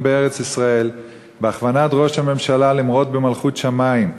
בארץ-ישראל בהכוונת ראש הממשלה למרוד במלכות שמים,